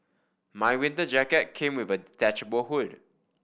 my winter jacket came with a detachable hood